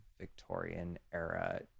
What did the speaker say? Victorian-era